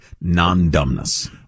non-dumbness